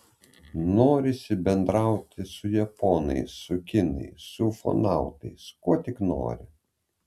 norisi bendrauti su japonais su kinais su ufonautais kuo tik nori